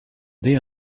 they